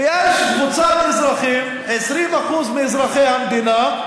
ויש קבוצת אזרחים, 20% מאזרחי המדינה,